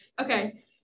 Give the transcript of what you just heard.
Okay